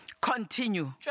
continue